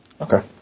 Okay